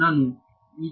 ನಾನು ಹೊಂದಬಹುದೇ